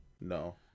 No